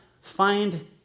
find